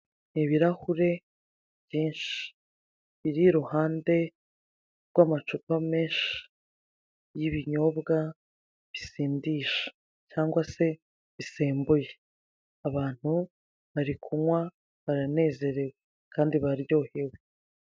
Ibirahure byinshi biri iruhande rw'amacupa menshi y'ibinyobwa bisindisha cyangwa se bisembuye abantu bari kunkwa baranezerewe kandi bararyohewe.